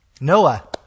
Noah